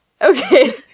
Okay